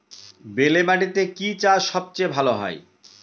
বেলে মাটিতে কি চাষ সবচেয়ে ভালো হয়?